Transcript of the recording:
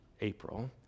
April